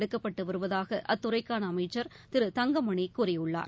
எடுக்கப்பட்டு வருவதாக அத்துறைக்கான அமைச்சர் திரு தங்கமணி கூறியுள்ளார்